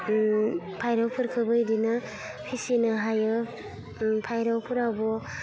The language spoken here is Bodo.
फारौफोरखौबो बिदिनो फिसिनो हायो फारौफोरावबो